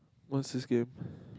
want sees game